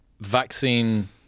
vaccine-